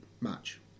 match